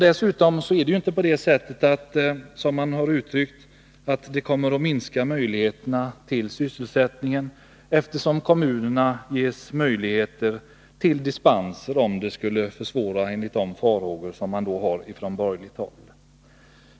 Dessutom kommer det inte, som man har uttryckt det, att minska möjligheterna till sysselsättning, eftersom kommunen skall kunna få dispenser, om möjligheterna skulle försvåras — enligt farhågor från borgerligt håll.